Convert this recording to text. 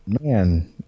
Man